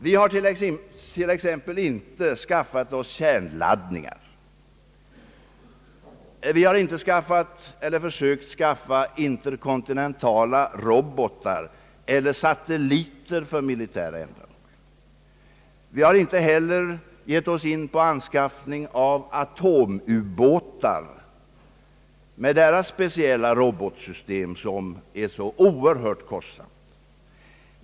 Vi har t.ex. inte skaffat oss kärnladdningar, vi har inte skaffat eller försökt skaffa interkontinentala robotar eller satelliter för militära ändamål. Vi har inte heller gett oss in på anskaffning av atomubåtar med deras speciella robotsystem som är så oerhört kostsamt.